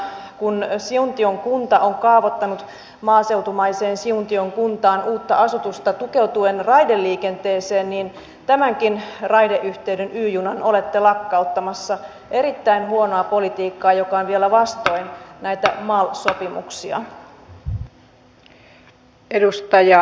täällä uudellamaalla kun siuntion kunta on kaavoittanut maaseutumaiseen siuntion kuntaan uutta asutusta tukeutuen raideliikenteeseen tämänkin raideyhteyden y junan olette lakkauttamassa erittäin huonoa politiikkaa joka on vielä vastoin näitä mal sopimuksia